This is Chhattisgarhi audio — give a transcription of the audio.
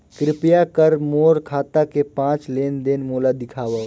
कृपया कर मोर खाता के पांच लेन देन मोला दिखावव